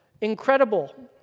incredible